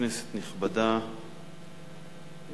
כנסת נכבדה,